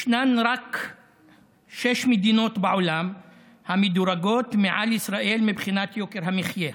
יש רק שש מדינות בעולם המדורגות מעל ישראל מבחינת יוקר המחיה: